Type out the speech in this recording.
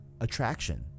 attraction